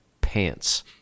pants